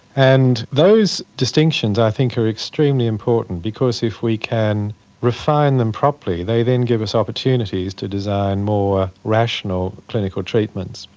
and those distinctions i think are extremely important because if we can refine them properly they then give us opportunities to design more rational clinical treatments.